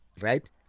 right